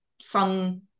sun